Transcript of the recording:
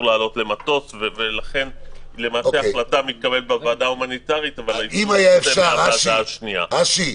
--- בסוף ההחלטה מתקבלת בוועדה ההומניטרית --- אשי,